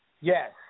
yes